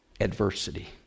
adversity